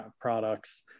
products